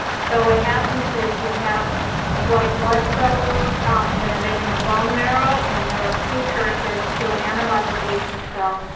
so what happens is you have white blood cells that are made in the bone marrow, and there are precursors to an antibody-producing cell.